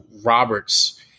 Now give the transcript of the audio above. Roberts